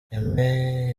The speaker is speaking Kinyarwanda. aime